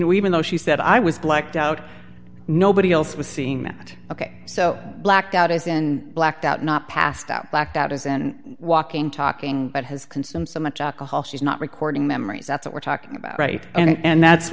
know even though she said i was blacked out nobody else was seeing that ok so blacked out as in blacked out not passed out blacked out as and walking talking but has consume so much alcohol she's not recording memories that's what we're talking about right and that's